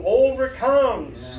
overcomes